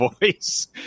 voice